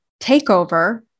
takeover